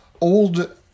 old